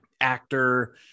actor